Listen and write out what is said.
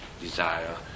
desire